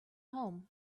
home